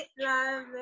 love